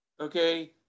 okay